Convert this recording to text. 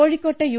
കോഴിക്കോട്ടെ യു